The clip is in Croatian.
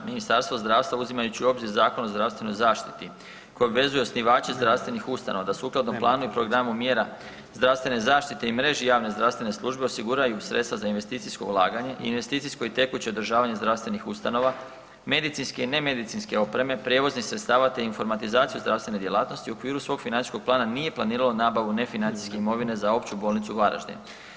Ministarstvo zdravstva uzimajući u obzir Zakon o zdravstvenoj zaštiti koji obvezuje osnivače zdravstvenih ustanova da sukladno planu i programu mjera zdravstvene zaštite i mreži javne zdravstvene službe osiguraju sredstva za investicijsko ulaganje, investicijsko i tekuće održavanje zdravstvenih ustanova, medicinske i ne medicinske opreme, prijevoznih sredstava te informatizaciju zdravstvene djelatnosti u okviru svog financijskog plana nije planiralo nabavu ne financijske imovine za Opću bolnicu Varaždin.